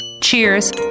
cheers